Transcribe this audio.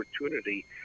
opportunity